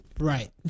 right